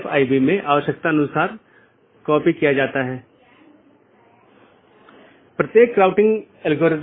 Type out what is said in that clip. यहां R4 एक स्रोत है और गंतव्य नेटवर्क N1 है इसके आलावा AS3 AS2 और AS1 है और फिर अगला राउटर 3 है